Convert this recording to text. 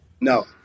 No